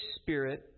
Spirit